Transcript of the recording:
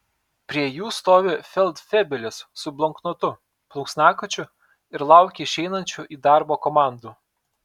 prie jų stovi feldfebelis su bloknotu plunksnakočiu ir laukia išeinančių į darbą komandų